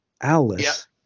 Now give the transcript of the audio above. Alice